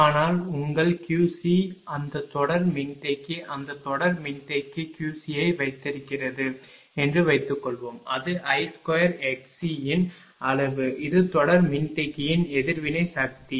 ஆனால் உங்கள் Qc அந்த தொடர் மின்தேக்கி அந்த தொடர் மின்தேக்கி Qcயை வைத்திருக்கிறது என்று வைத்துக்கொள்வோம் அது I2xc யின் அளவு இது தொடர் மின்தேக்கியின் எதிர்வினை சக்தி